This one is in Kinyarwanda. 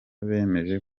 bemeje